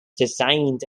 designed